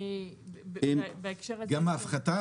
ובדרך כלל ההפחתה